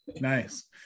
Nice